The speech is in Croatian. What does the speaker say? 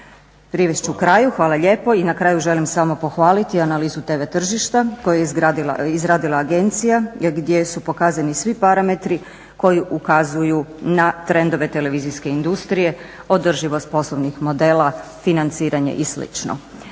potrošili u skladu sa zakonom. I na kraju želim samo pohvaliti analizu tv tržišta koje je izradila agencija gdje su pokazani svi parametri koji ukazuju na trendove televizijske industrije, održivost poslovnih modela financiranja i